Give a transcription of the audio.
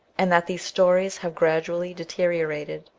and that these stories have gradually deteriorated,